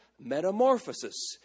metamorphosis